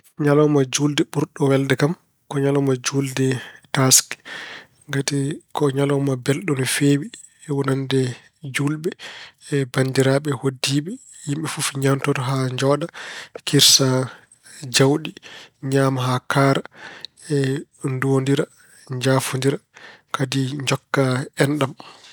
Ñalawma juulde ɓurɗo welde kam ko ñalawma juulde taaske. Ngati ko ñalawma belɗo no feewi wonande juulɓe. Banndiraaɓe, hoɗdiiɓe, yimɓe fof ñaantoto haa njooɗa, kirsa jawɗi, ñaama haa kaara, nduwondira, njaafondira kadi njokka enɗam.